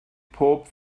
pob